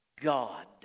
God